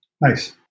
Nice